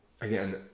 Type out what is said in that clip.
again